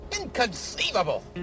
Inconceivable